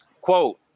Quote